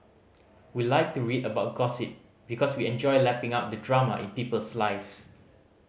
we like to read about gossip because we enjoy lapping up the drama in people's lives